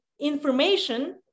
information